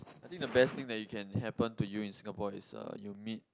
I think the best thing that you can happen to you in Singapore is uh you meet